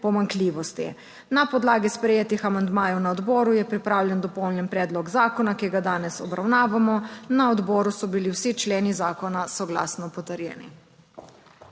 pomanjkljivosti. Na podlagi sprejetih amandmajev na odboru je pripravljen dopolnjen predlog zakona, ki ga danes obravnavamo. Na odboru so bili vsi členi zakona soglasno potrjeni.